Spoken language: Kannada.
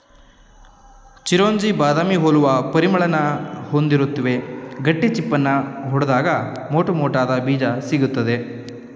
ಚಿರೊಂಜಿ ಬಾದಾಮಿ ಹೋಲುವ ಪರಿಮಳನ ಹೊಂದಿರುತ್ವೆ ಗಟ್ಟಿ ಚಿಪ್ಪನ್ನು ಒಡ್ದಾಗ ಮೋಟುಮೋಟಾದ ಬೀಜ ಸಿಗ್ತದೆ